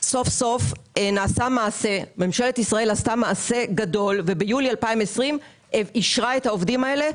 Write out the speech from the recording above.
סוף סוף ממשלת ישראל עשתה מעשה גדול: ביולי 2020 אישרה את העובדים האלה,